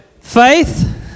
Faith